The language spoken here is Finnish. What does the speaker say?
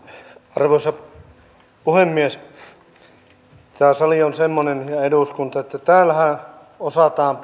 arvoisa puhemies tämä sali ja eduskunta on semmoinen että täällähän osataan